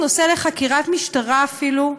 זה נושא לחקירת משטרה אפילו,